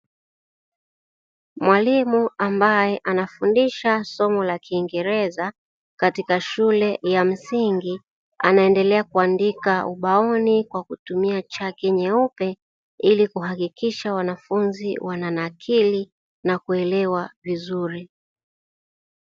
Mwalimu ambaye anafundisha somo la kingereza, katika shule ya msingi, anaendelea kuandika ubaoni kwa kutumia chaki nyeupe, ili kuhakikisha wanafunzi wananakili na kuelewa vizuri.